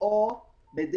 סעיף קטן (ב)(3) יימחק.